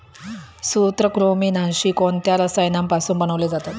सूत्रकृमिनाशी कोणत्या रसायनापासून बनवले जाते?